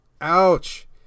Ouch